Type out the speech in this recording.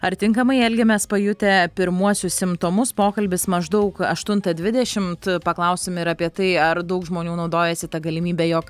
ar tinkamai elgiamės pajutę pirmuosius simptomus pokalbis maždaug aštuntą dvidešimt paklausim ir apie tai ar daug žmonių naudojasi ta galimybe jog